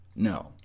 No